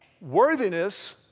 Worthiness